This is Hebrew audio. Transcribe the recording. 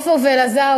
עפר ואלעזר,